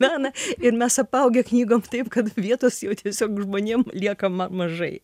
meną ir mes apaugę knygom taip kad vietos jau tiesiog žmonėm lieka ma mažai